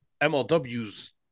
MLW's